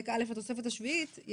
א' לתוספת השביעית.